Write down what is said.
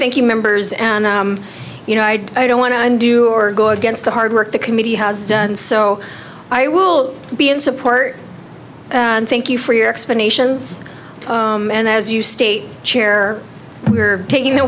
think you members and you know i don't want to undo or go against the hard work the committee has done so i will be in support and thank you for your explanations and as you state chair we are taking the